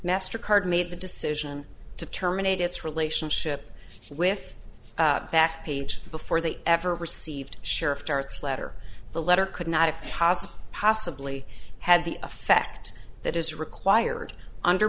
mastercard made the decision to terminate its relationship with that page before they ever received sheriff starts letter the letter could not have possibly had the effect that is required under